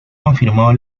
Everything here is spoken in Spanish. confirmado